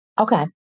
Okay